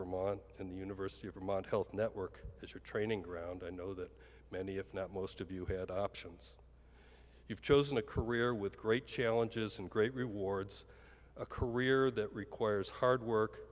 vermont and the university of vermont health network as your training ground i know that many if not most of you had options you've chosen a career with great challenges and great rewards a career that requires hard work